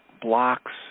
blocks